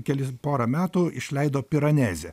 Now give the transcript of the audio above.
kelis porą metų išleido piranezę